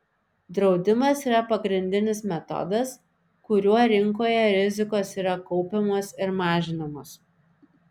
draudimas yra pagrindinis metodas kuriuo rinkoje rizikos yra kaupiamos ir mažinamos